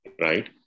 right